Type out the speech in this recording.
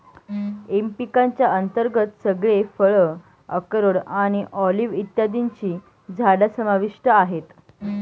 M पिकांच्या अंतर्गत सगळे फळ, अक्रोड आणि ऑलिव्ह इत्यादींची झाडं समाविष्ट आहेत